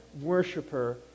worshiper